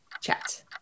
Chat